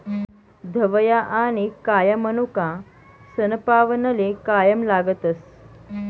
धवया आनी काया मनोका सनपावनले कायम लागतस